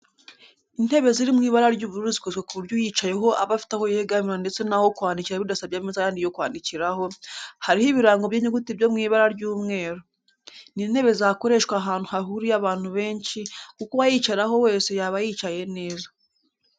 Intebe ziri mu ibara ry'ubururu zikozwe ku buryo uyicayeho aba afite aho yegamira ndetse naho kwandikira bidasabye ameza yandi yo kwandikiraho, hariho ibirango by'inyuguti byo mu ibara ry'umweru. Ni intebe zakoreshwa ahantu hahuriye abantu benshi kuko uwayicaraho wese yaba yicaye neza.